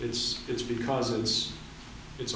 it's it's because it's